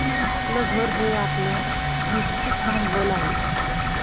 आपलं घर हे आपलं निश्चित भांडवल आहे